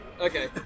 Okay